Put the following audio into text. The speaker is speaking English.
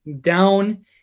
down